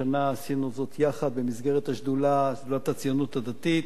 השנה עשינו זאת יחד במסגרת שדולת הציונות הדתית